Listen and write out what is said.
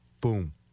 Boom